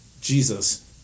Jesus